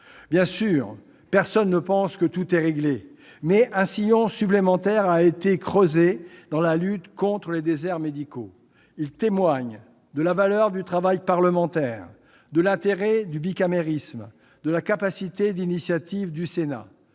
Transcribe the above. Bien sûr, personne ne pense que tout est réglé, mais un sillon supplémentaire a été creusé dans la lutte contre les déserts médicaux. Il témoigne de la valeur du travail parlementaire, de l'intérêt du bicamérisme, de la capacité d'initiatives du Sénat.